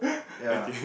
ya